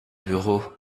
bureau